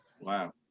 Wow